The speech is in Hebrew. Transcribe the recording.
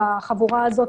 בחבורה הזאת,